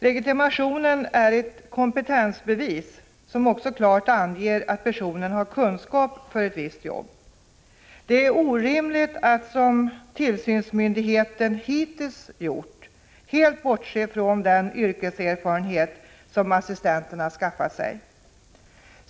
Legitimationen är ett kompetensbevis som klart anger att personen har kunskap för ett visst jobb. Det är orimligt att, som tillsynsmyndigheten hittills gjort, helt bortse från den yrkeserfarenhet som assistenterna skaffat sig.